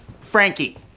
Frankie